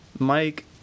Mike